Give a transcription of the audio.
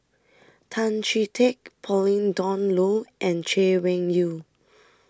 Tan Chee Teck Pauline Dawn Loh and Chay Weng Yew